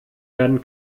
werden